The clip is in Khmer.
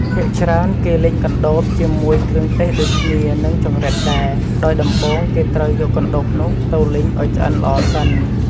ភាគច្រើន គេលីងកណ្ដូបជាមួយគ្រឿងទេសដូចគ្នានឹងចង្រិតដែរ ដោយដំបូងគេត្រូវយកកណ្តូបនោះទៅលីងឱ្យឆ្អិនល្អសិន។